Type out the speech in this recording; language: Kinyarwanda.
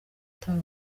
utari